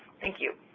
thank you.